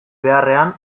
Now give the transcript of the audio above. beharrean